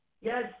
Yes